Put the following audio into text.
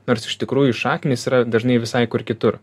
nors iš tikrųjų šaknys yra dažnai visai kur kitur